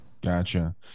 gotcha